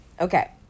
okay